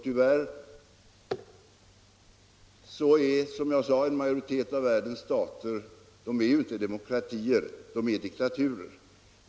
Tyvärr är, som jag sade, en majoritet av världens stater inte demokratier utan diktaturer.